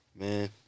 man